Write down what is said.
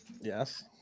Yes